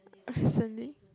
recently